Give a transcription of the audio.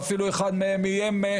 ואפילו אחד מהם איים,